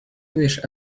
wish